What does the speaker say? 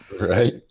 Right